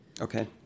Okay